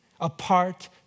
apart